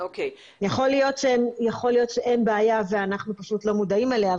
יכול להיות שאין בעיה ואנחנו פשוט לא מודעים אליה,